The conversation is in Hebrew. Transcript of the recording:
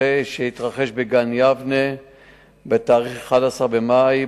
שהתרחש בגן-יבנה ב-11 במאי,